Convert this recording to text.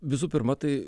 visų pirma tai